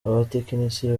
abatekinisiye